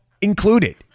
Included